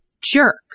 jerk